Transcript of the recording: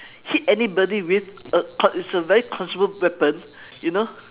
hit anybody with a con~ it's a very consumable weapon you know